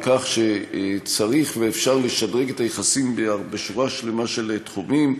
על כך שצריך ואפשר לשדרג את היחסים בשורה שלמה של תחומים.